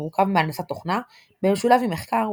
המורכב מהנדסת תוכנה במשולב עם מחקר,